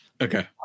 Okay